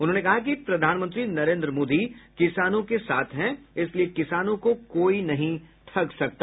उन्होंने कहा कि प्रधानमंत्री नरेन्द्र मोदी किसानों के साथ हैं इसलिए किसानों को कोई नहीं ठग सकता